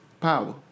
Power